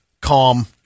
calm